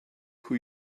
who